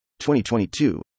2022